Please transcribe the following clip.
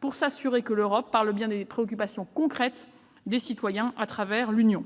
pour s'assurer que l'Europe parle bien des préoccupations concrètes des citoyens à travers l'Union.